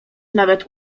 nawet